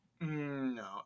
No